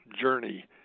journey